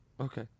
Okay